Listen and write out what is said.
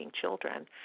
children